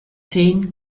zehn